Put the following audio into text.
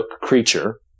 creature